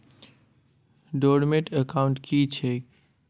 Dormant account की छैक?